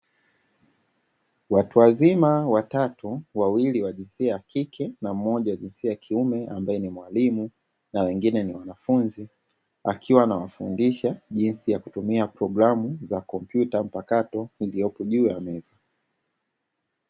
Watu wazima watatu, wawili wa jinsia ya kike na mmoja akiwa jinsia ya kiume akiwa ndo mwalimu akiwa anawafundisha jinsi ya kutumia programu za Kompyuta mpakato zilizopo juu meza.